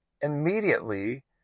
immediately